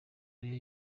ariyo